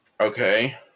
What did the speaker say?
Okay